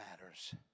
matters